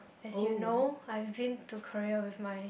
as you know I've been to Korea with my